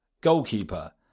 goalkeeper